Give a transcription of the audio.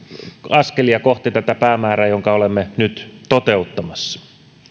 askelia kohti tätä päämäärää jonka olemme nyt toteuttamassa